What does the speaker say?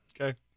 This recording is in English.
okay